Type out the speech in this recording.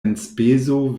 enspezo